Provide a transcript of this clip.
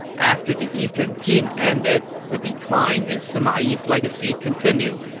after the eastern jin ended, the decline in sima yi's legacy continued,